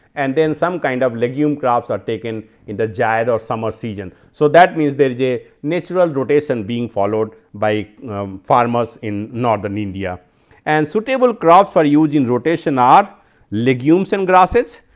and then some kind of legume crops are taken in the yeah ah or summer season. so that means, there is a natural rotation being followed by ah farmers in northern india and suitable crops are used in and rotation are legumes and grasses.